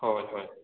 हय हय